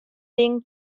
ding